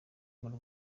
muri